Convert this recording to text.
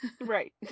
Right